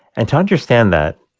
and to understand that,